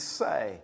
say